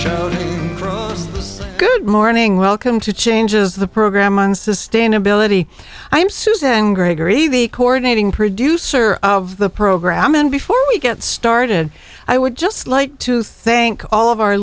hear good morning welcome to changes the program on sustainability i'm susan gregory the coordinating producer of the program and before we get started i would just like to thank all of our